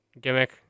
gimmick